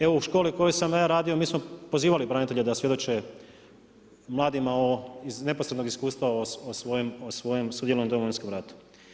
Evo u školi u kojoj sam ja radio mi smo pozivali branitelje da svjedoče mladima iz neposrednog iskustva o svojem sudjelovanju u Domovinskom ratu.